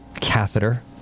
catheter